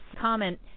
comment